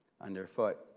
underfoot